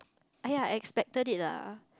aiyah I expected it lah